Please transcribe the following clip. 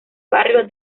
barrio